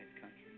country